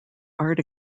art